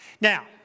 Now